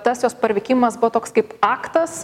tas jos parvykimas buvo toks kaip aktas